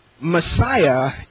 Messiah